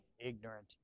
ignorant